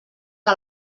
que